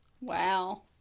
Wow